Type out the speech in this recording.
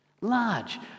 large